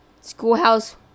schoolhouse